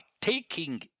taking